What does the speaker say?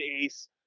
ace